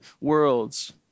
worlds